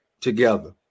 together